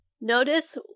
Notice